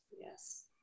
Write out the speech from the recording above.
Yes